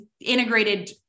integrated